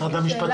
משרד המשפטים?